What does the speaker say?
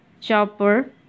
chopper